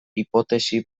hipotesi